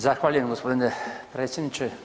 Zahvaljujem g. predsjedniče.